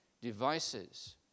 devices